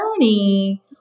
journey